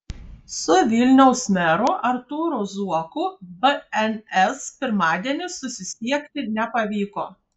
su vilniaus meru artūru zuoku bns pirmadienį susisiekti nepavyko